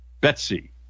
Betsy